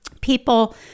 People